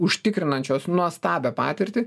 užtikrinančios nuostabią patirtį